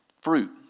fruit